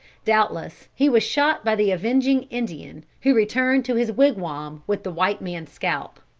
doubtless he was shot by the avenging indian, who returned to his wigwam with the white man's scalp.